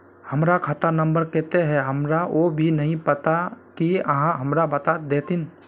हमर खाता नम्बर केते है हमरा वो भी नहीं पता की आहाँ हमरा बता देतहिन?